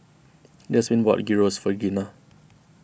Jasmin bought Gyros for Gina